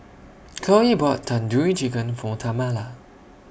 Khloe bought Tandoori Chicken For Tamala